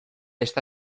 esta